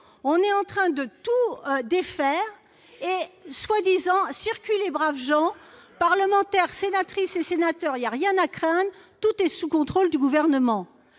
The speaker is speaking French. est en train de tout défaire, on nous répond :« Circulez braves gens, parlementaires, sénatrices et sénateurs, il n'y a rien à craindre : tout est sous contrôle du Gouvernement